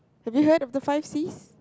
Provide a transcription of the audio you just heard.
have you heard of the five Cs